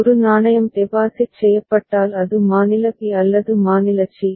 ஒரு நாணயம் டெபாசிட் செய்யப்பட்டால் அது மாநில பி அல்லது மாநில சி